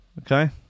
Okay